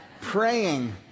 praying